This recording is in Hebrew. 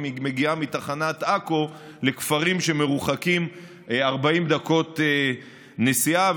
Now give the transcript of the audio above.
אם היא מגיעה מתחנת עכו לכפרים שמרוחקים 40 דקות נסיעה,